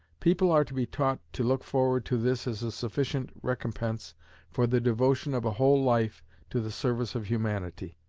people are to be taught to look forward to this as a sufficient recompense for the devotion of a whole life to the service of humanity.